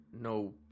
No